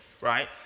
right